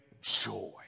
joy